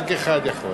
רק אחד יכול.